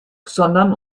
sondern